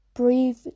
Breathe